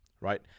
right